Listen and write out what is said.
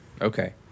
Okay